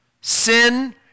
sin